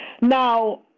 Now